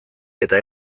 eta